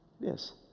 Yes